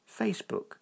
Facebook